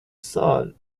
salt